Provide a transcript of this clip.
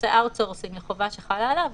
עושה outsourcing לחובה שחלה עליו,